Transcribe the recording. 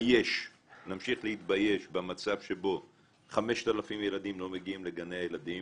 נמשיך להתבייש במצב שבו 5,000 ילדים לא מגיעים לגני הילדים,